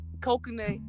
coconut